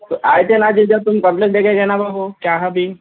تو آئے تھے نہ جی جب تم کمپلین دے کے گئے نا بابو کیا ہے ابھی